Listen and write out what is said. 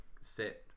set